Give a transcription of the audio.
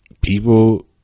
people